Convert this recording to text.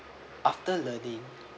after learning